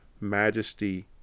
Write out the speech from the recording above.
majesty